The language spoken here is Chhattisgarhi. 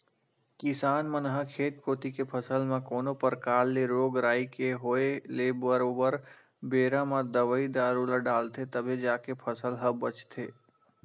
किसान मन ह खेत कोती के फसल म कोनो परकार ले रोग राई के होय ले बरोबर बेरा म दवई दारू ल डालथे तभे जाके फसल ह बचथे